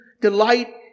delight